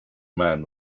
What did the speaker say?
man